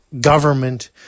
government